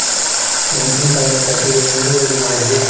ಮೆಣಸಿನಕಾಯಿನ ಪ್ಯಾಟಿಗೆ ಹ್ಯಾಂಗ್ ರೇ ರೆಡಿಮಾಡೋದು?